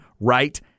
right